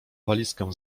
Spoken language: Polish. walizkę